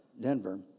Denver